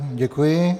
Děkuji.